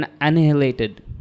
annihilated